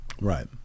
Right